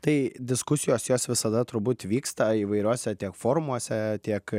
tai diskusijos jos visada turbūt vyksta įvairiuose tiek forumuose tiek